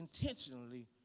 intentionally